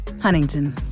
Huntington